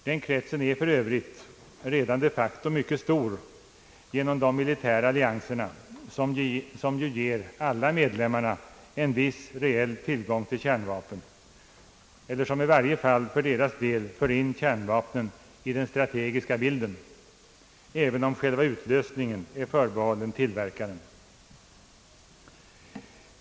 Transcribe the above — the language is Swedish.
Den kretsen är för övrigt redan de facto mycket stor genom de militära allianserna, som ju ger alla medlemmarna en viss reell tillgång till kärnvapen — som i varje fall för deras del för in kärnvapen i den strategiska bilden även om själva utlösningen är förbehållen tillverkaren.